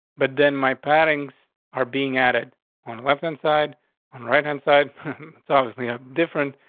but then my pad ings are being added on weapon inside on right inside. it's obviously a different.